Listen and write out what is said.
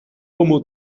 como